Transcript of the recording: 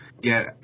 get